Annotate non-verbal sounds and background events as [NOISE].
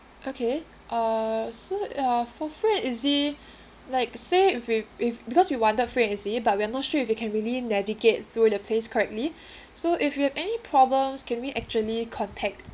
okay uh so uh for free and easy [BREATH] like say if we if because we wanted free and easy but we're not sure if we can really navigate through the place correctly [BREATH] so if we have any problems can we actually contact